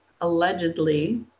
allegedly